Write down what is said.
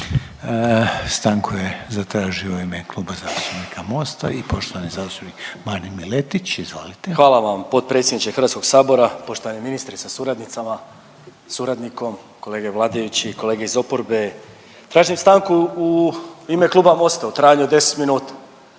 Stanku je zatražio u ime Kluba zastupnika MOST-a i poštovani zastupnik Marin Miletić. Izvolite. **Miletić, Marin (MOST)** Hvala vam potpredsjedniče Hrvatskog sabora. Poštovani ministre sa suradnicama, suradnikom, kolege vladajući i kolege iz oporbe. Tražim stanku u ime Kluba MOST-a u trajanju od 10 minuta